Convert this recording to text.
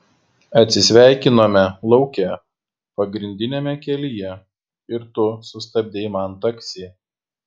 atsisveikinome lauke pagrindiniame kelyje ir tu sustabdei man taksi